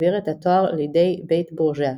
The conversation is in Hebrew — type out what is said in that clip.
העביר את התואר לידי בית בורג'ה.